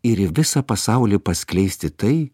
ir į visą pasaulį paskleisti tai